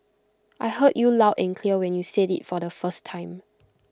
I heard you loud and clear when you said IT for the first time